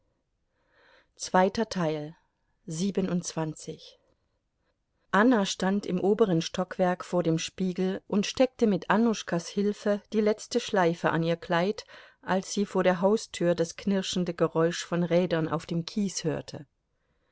anna stand im oberen stockwerk vor dem spiegel und steckte mit annuschkas hilfe die letzte schleife an ihr kleid als sie vor der haustür das knirschende geräusch von rädern auf dem kies hörte